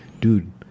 dude